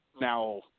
Now